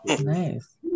Nice